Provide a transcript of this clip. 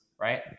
right